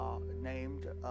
named